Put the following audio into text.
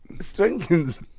strengthens